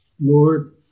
Lord